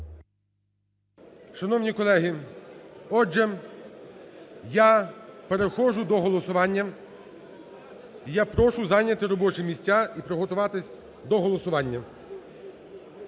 Шановні колеги, отже, я переходжу до голосування. Я прошу зайняти робочі місця і приготуватись до голосування.